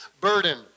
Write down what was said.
burden